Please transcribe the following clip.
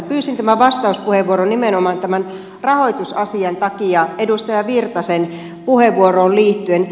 pyysin tämän vastauspuheenvuoron nimenomaan tämän rahoitusasian takia edustaja virtasen puheenvuoroon liittyen